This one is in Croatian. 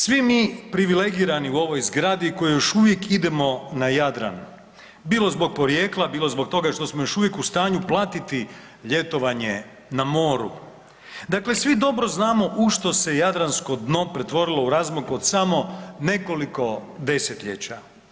Svi mi privilegirani u ovoj zgradi koji još uvijek idemo na Jadran, bilo zbog porijekla, bilo zbog toga što smo još uvijek u stanju platiti ljetovanje na moru, dakle svi dobro znamo u što se jadransko dno pretvorilo u razmaku od samo nekoliko desetljeća.